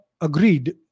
agreed